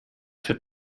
für